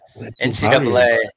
NCAA